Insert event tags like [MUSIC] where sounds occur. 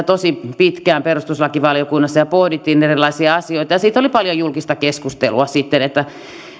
[UNINTELLIGIBLE] tosi pitkään perustuslakivaliokunnassa ja pohdimme erilaisia asioita ja siitä oli paljon julkista keskustelua että